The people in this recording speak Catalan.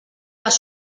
les